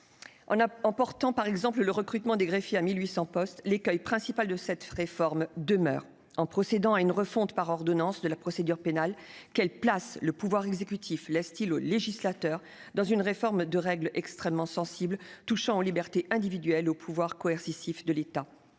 en portant par exemple l'objectif de recrutement de greffiers à 1 800 postes, mais l'écueil principal de cette réforme demeure. En procédant à une refonte par ordonnances de la procédure pénale, quelle place le pouvoir exécutif laisse-t-il au législateur pour réformer des règles extrêmement sensibles, qui touchent aux libertés individuelles et aux pouvoirs coercitifs de l'État ?